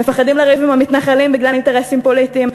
מפחדים לריב עם המתנחלים בגלל אינטרסים פוליטיים,